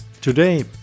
Today